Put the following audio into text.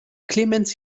clemens